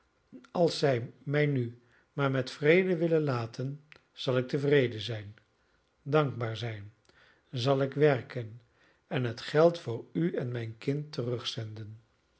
als zij mij nu maar met vrede willen laten zal ik tevreden zijn dankbaar zijn zal ik werken en het geld voor u en mijn kind